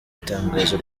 itangazo